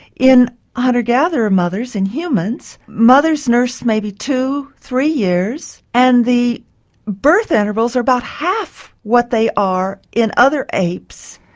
in hunter gatherer mothers, in humans, mothers nurse maybe two, three years and the birth intervals are about half what they are in other apes.